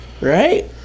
right